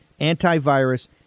antivirus